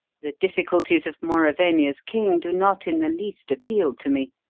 the difficulties of mauravania's king do not in the least appeal to me.